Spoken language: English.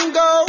go